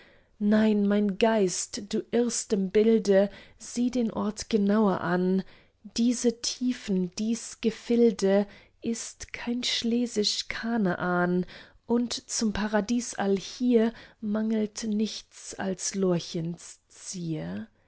nein mein geist du irrst im bilde sieh den ort genauer an diese tiefen dies gefilde ist kein schlesisch kanaan und zum paradies allhier mangelt nichts als lorchens zier